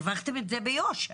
הרווחתם את זה ביושר,